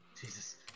Jesus